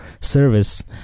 service